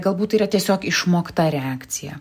galbūt tai yra tiesiog išmokta reakcija